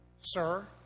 Sir